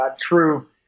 true